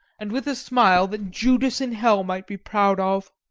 and with a smile that judas in hell might be proud of.